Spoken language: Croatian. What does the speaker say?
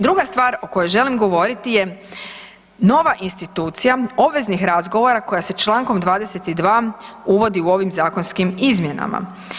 Druga stvar o kojoj želim govoriti je, nova institucija obveznih razgovora koja se Člankom 22. uvodi u ovim zakonskim izmjenama.